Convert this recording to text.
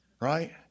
Right